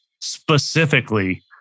specifically